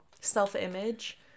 self-image